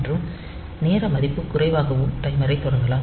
மற்றும் நேர மதிப்பு குறைவாகவும் டைமரைத் தொடங்கலாம்